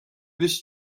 this